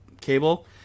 cable